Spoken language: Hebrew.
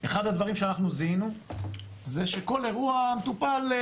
אחד הדברים שאנחנו זיהינו זה שכל אירוע מטופל,